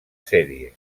sèrie